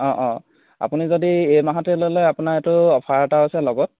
অঁ অঁ আপুনি যদি এই মাহতে ল'লে আপোনাৰ এইটো অফাৰ এটাও আছে